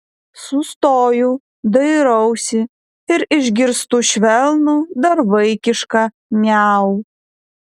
sustoju dairausi ir išgirstu švelnų dar vaikišką miau